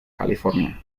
california